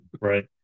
Right